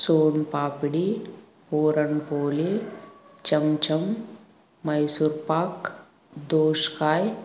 సోన్ పాపిడి ఊరన్ పోలి చమ్ చమ్ మైసూర్పాక్ దోష్కాయ్